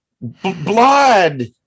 blood